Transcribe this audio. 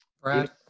Brad